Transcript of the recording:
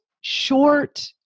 short